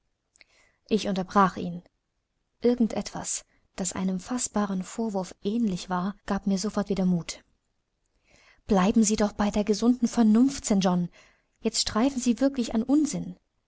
ich unterbrach ihn irgend etwas das einem faßbaren vorwurf ähnlich war gab mir sofort wieder mut bleiben sie doch bei der gesunden vernunft st john jetzt streifen sie wirklich an unsinn